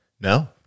No